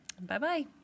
Bye-bye